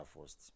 first